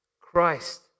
Christ